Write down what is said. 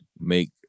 make